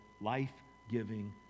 life-giving